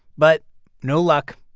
but no luck.